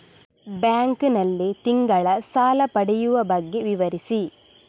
Bank ನಲ್ಲಿ ತಿಂಗಳ ಸಾಲ ಪಡೆಯುವ ಬಗ್ಗೆ ವಿವರಿಸಿ?